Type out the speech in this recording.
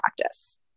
practice